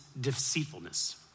deceitfulness